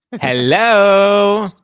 Hello